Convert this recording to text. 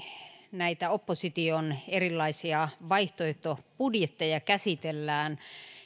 näitä opposition erilaisia vaihtoehtobudjetteja käsitellään